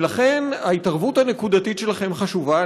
לכן ההתערבות הנקודתית שלכם חשובה.